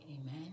Amen